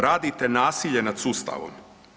Radite nasilje nad sustavom.